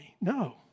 No